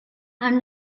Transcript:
and